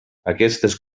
aquestes